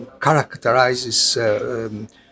characterizes